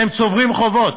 והם צוברים חובות.